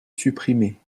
supprimer